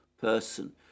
person